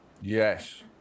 Yes